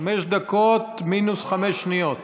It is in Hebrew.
חמש דקות מינוס חמש שניות.